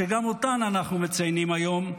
שגם אותם אנחנו מציינים היום,